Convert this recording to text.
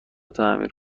تعمیر